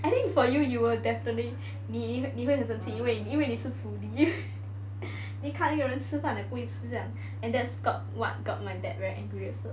I think for you you will definitely 你会很生气因为你是 foodie 一看一个人吃饭也不会吃这样 and that's got what got my dad very angry also